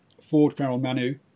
Ford-Farrell-Manu